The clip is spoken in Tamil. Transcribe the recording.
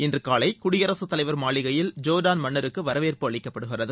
இன்று காலை குடியரசுத் தலைவர் மாளிகையில் ஜோர்டான் மன்னருக்கு வரவேற்பு அளிக்கப்படுகிறது